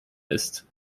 ist